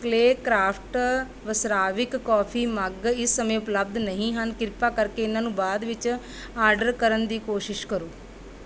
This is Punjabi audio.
ਕਲੇ ਕ੍ਰਾਫਟ ਵਸਰਾਵਿਕ ਕੌਫੀ ਮੱਗ ਇਸ ਸਮੇਂ ਉਪਲਬਧ ਨਹੀਂ ਹਨ ਕਿਰਪਾ ਕਰਕੇ ਇਹਨਾਂ ਨੂੰ ਬਾਅਦ ਵਿੱਚ ਆਰਡਰ ਕਰਨ ਦੀ ਕੋਸ਼ਿਸ਼ ਕਰੋ